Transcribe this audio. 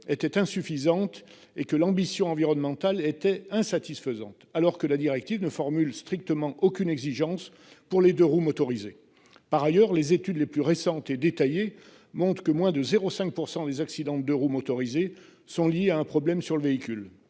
étaient insuffisantes et que l'ambition environnementale était insatisfaisante. Alors que la directive ne formule strictement aucune exigence pour les deux-roues motorisés par ailleurs les études les plus récentes et détaillé monte que moins de 0 5 % des accidents de deux-roues motorisés sont liés à un problème sur le véhicule.